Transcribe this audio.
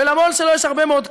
ולמו"ל שלו יש הרבה מאוד כוח.